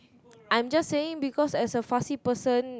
I'm just saying because as a fussy person